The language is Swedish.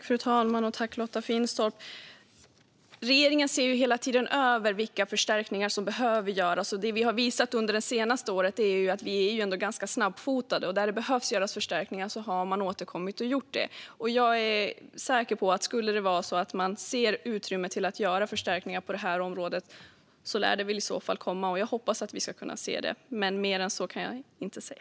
Fru talman! Regeringen ser hela tiden över vilka förstärkningar som behöver göras. Det vi har visat under det senaste året är att vi är ganska snabbfotade. När det har behövts göra förstärkningar har man återkommit och gjort det. Det lär komma förstärkningar på detta område om man ser att det finns utrymme för det. Jag hoppas att vi ska kunna se det, men mer än så kan jag inte säga.